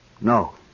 No